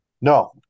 No